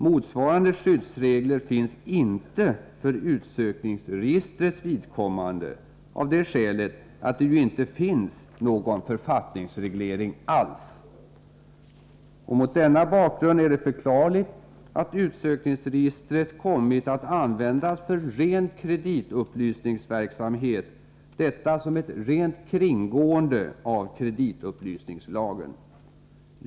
Motsvarande skyddsregler finns inte för utsökningsregistrets vidkommande, av det skälet att det ju inte finns någon författningsreglering alls. Mot denna bakgrund är det förklarligt att utsökningsregistret kommit att användas för ren kreditupplysningsverksamhet, detta som ett rent kringgående av kreditupplysningslagen.